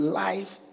life